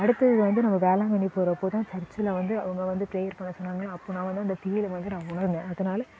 அடுத்தது வந்து நம்ம வேளாங்கண்ணி போகிறப்போ தான் சர்ச்சில் வந்து அவங்க வந்து ப்ரேயர் பண்ண சொன்னாங்களே அப்போது நான் வந்து அந்த ஃபீலை வந்து நான் உணர்ந்தேன் அதனால்